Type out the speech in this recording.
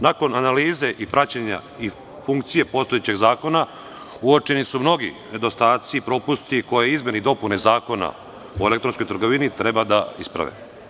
Nakon analize i praćenja i funkcije postojećeg zakona, uočeni su mnogi nedostaci i propusti koje izmene i dopune Zakona o elektronskoj trgovini treba da isprave.